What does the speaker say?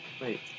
Wait